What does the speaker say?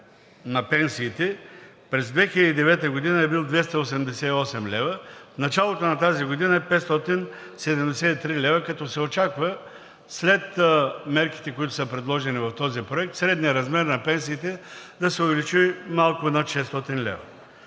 на пенсиите през 2009 г. е бил 288 лв., в началото на тази година е 573 лв., като се очаква след мерките, които са предложени в този проект, средният размер на пенсиите да се увеличи малко над 600 лв.,